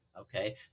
okay